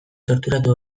torturatu